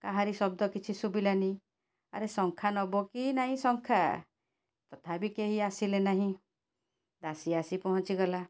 କାହାରି ଶବ୍ଦ କିଛି ଶୁଭିଲାନି ଆରେ ଶଙ୍ଖା ନେବ କି ନାହିଁ ଶଙ୍ଖା ତଥାପି କେହି ଆସିଲେ ନାହିଁ ଦାସୀ ଆସି ପହଞ୍ଚିଗଲା